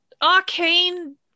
arcane